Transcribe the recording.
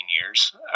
years